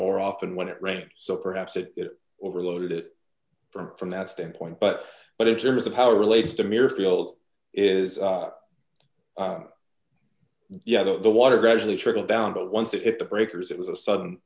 more often when it rains so perhaps it overloaded it from from that standpoint but but in terms of how it relates to mere fields is yeah the water gradually trickled down but once it hit the breakers it was a sudden